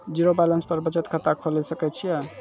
Zero balance पर बचत खाता खोले सकय छियै?